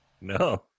No